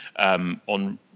On